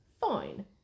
Fine